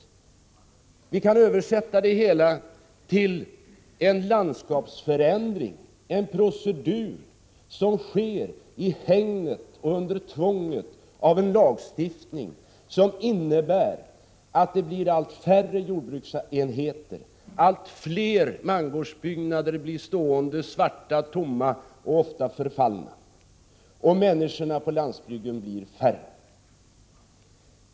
Man kan översätta det hela till en landskapsförändring, en procedur som sker i hägnet och under tvånget av en lagstiftning som innebär att det blir allt färre jordbruksenheter. Allt fler mangårdsbyggnader blir stående svarta, tomma och ofta förfallna, och människorna på landsbygden blir färre.